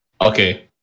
Okay